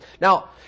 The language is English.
now